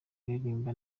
uririmba